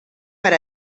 per